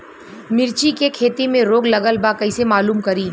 मिर्ची के खेती में रोग लगल बा कईसे मालूम करि?